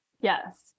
Yes